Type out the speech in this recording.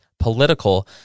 Political